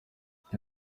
aka